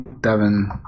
Devin